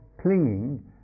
clinging